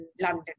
London